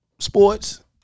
Sports